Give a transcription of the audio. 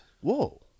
Whoa